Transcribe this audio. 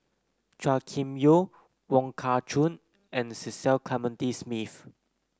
Chua Kim Yeow Wong Kah Chun and Cecil Clementi Smith